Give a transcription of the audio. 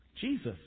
Jesus